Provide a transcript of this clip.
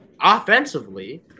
offensively